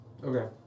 Okay